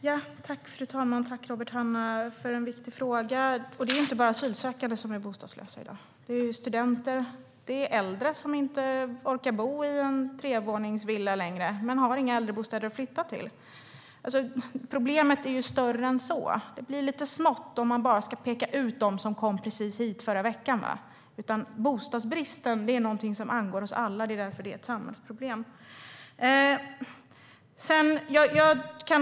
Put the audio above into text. Fru talman! Jag tackar Robert Hannah för en viktig fråga. Det är inte bara asylsökande som är bostadslösa i dag. Det är studenter, och det är äldre som inte orkar bo i sin trevåningsvilla längre men inte har några äldrebostäder att flytta till. Problemet är större än så. Det blir lite smått om vi bara pekar ut dem som kom hit förra veckan. Bostadsbristen angår oss alla. Det är därför det är ett samhällsproblem.